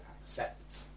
accept